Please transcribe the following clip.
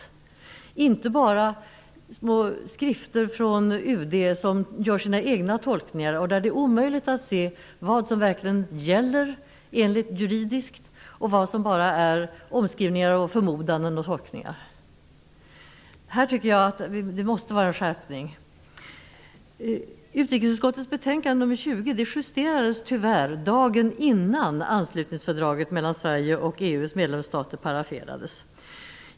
Vi vill inte bara ha små skrifter från UD, där UD gör sina egna tolkningar och där det är omöjligt att avgöra vad som verkligen gäller rent juridiskt och vad som bara är omskrivningar, förmodanden och tolkningar. Det måste bli en skärpning på den här punkten. Sverige och EU:s medlemsstater paraferades.